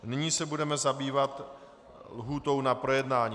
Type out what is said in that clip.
Nyní se budeme zabývat lhůtou na projednání.